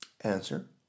Answer